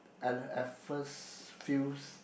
at at first feels